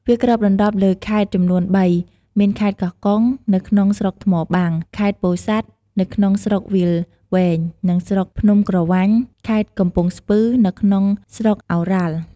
វាគ្របដណ្ដប់លើខេត្តចំនួន៣មានខេត្តកោះកុង នៅក្នុង ស្រុកថ្មបាំង ខេត្តពោធិ៍សាត់ នៅក្នុង ស្រុកវាលវែងនិងស្រុកភ្នំក្រវាញ ខេត្តកំពង់ស្ពឺនៅក្នុងស្រុកឱរ៉ាល់។